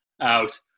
Out